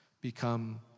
become